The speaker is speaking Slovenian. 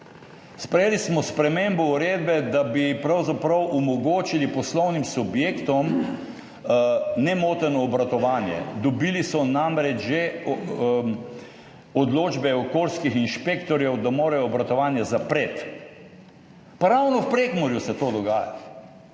Sprejeli smo spremembo uredbe, da bi pravzaprav omogočili poslovnim subjektom nemoteno obratovanje. Dobili so namreč že odločbe okoljskih inšpektorjev, da morajo obratovanje zapreti. Pa ravno v Prekmurju se to dogaja!